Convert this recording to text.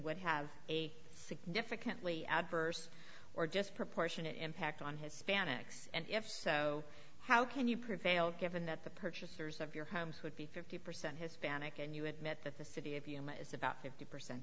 would have a significantly adverse or just proportionate impact on hispanics and if so how can you prevail given that the purchasers of your homes would be fifty percent hispanic and you admit that the city of yuma is about fifty percent